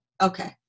Okay